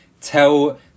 tell